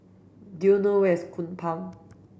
do you know where is Kupang